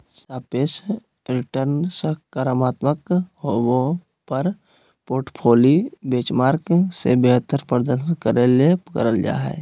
सापेक्ष रिटर्नसकारात्मक होबो पर पोर्टफोली बेंचमार्क से बेहतर प्रदर्शन करे ले करल जा हइ